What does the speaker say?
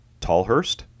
Tallhurst